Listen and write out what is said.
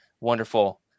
wonderful